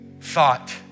thought